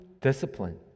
discipline